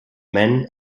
men